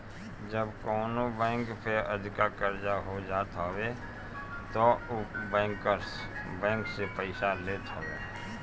जब कवनो बैंक पे अधिका कर्जा हो जात हवे तब उ बैंकर्स बैंक से पईसा लेत हवे